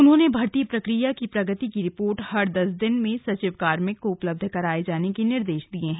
उन्होंने ने भर्ती प्रक्रिया की प्रगति की रिपोर्ट हर दस दिन में सचिव कार्मिक को उपलब्ध करवाये जाने के निर्देश दिये हैं